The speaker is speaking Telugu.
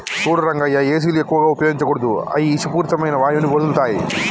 సూడు రంగయ్య ఏసీలు ఎక్కువగా ఉపయోగించకూడదు అయ్యి ఇషపూరితమైన వాయువుని వదులుతాయి